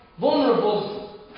vulnerable